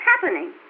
happening